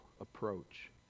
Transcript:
approach